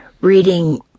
reading